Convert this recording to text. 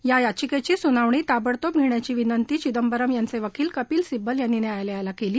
या याचिकेची सुनावणी तात्काळ घेण्याची विनंती चिदंबरम यांचे वकील कपिल सिब्बल यांनी न्यायालयाला केली